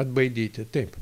atbaidyti taip